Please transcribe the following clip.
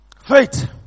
Faith